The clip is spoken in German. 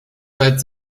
seit